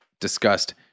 Discussed